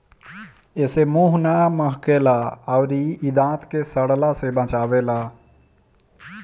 एसे मुंह ना महके ला अउरी इ दांत के सड़ला से बचावेला